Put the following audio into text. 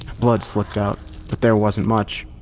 blood seeped out, but there wasn't much.